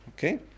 Okay